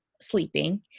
sleeping